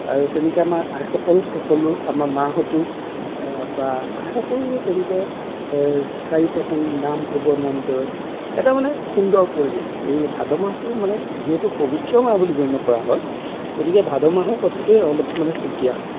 আৰু তেনেকৈ আমাৰ আইসকল সকলো আমাৰ মাহঁতো বা আইসকলো তেনেকৈ চাৰি প্ৰসঙ্গ নাম হ'ব নামঘৰত এটা মানে সুন্দৰ পৰিৱেশ এই ভাদ মাহটো মানে যিহেতু পৱিত্ৰ মাহ বুলি গণ্য কৰা হয় গতিকে ভাদমাহৰ কথাটোৱে অলপ মানে সুকীয়া হয়